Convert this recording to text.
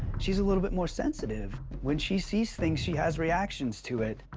she's a little bit more sensitive. when she sees things, she has reactions to it.